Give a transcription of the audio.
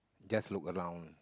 just look around